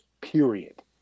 period